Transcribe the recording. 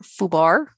Fubar